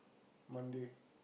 Monday